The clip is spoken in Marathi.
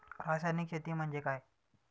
रासायनिक शेती म्हणजे काय?